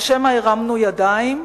או שמא הרמנו ידיים.